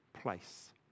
place